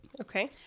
Okay